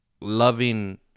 loving